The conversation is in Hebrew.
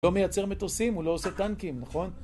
לא מייצר מטוסים, הוא לא עושה טנקים, נכון?